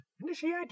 Initiate